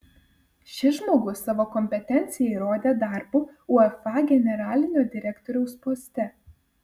šis žmogus savo kompetenciją įrodė darbu uefa generalinio direktoriaus poste